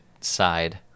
side